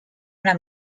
una